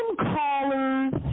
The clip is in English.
callers